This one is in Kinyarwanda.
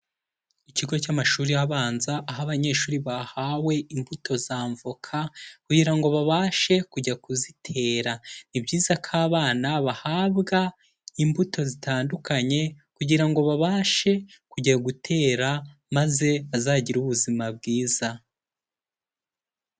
Ikigo cy'amashuri abanza, aho abanyeshuri bahawe imbuto za avoka kugira ngo babashe kujya kuzitera, ni ibyiza ko abana bahabwa imbuto zitandukanye kugira ngo babashe kujya gutera maze bazagire ubuzima bwiza.